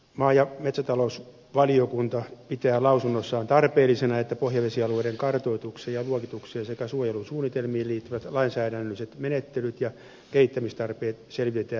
maa ja metsätalousvaliokunta pitää lausunnossaan tarpeellisena että pohjavesialueiden kartoitukseen ja luokitukseen sekä suojelusuunnitelmiin liittyvät lainsäädännölliset ja menettelylliset kehittämistarpeet selvitetään pikaisesti